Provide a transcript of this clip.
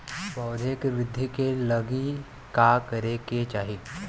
पौधों की वृद्धि के लागी का करे के चाहीं?